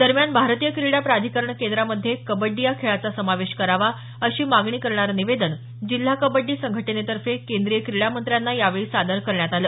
दरम्यान भारतीय क्रीडा प्राधिकरण केंद्रामध्ये कबड्डी या खेळाचा समावेश करावा अशी मागणी करणारं निवेदन जिल्हा कबड्डी संघटनेतर्फे केंद्रीय क्रीडा मंत्र्यांना यावेळी सादर करण्यात आलं